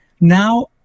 Now